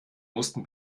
mussten